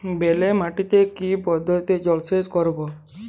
বেলে মাটিতে কি পদ্ধতিতে জলসেচ করব?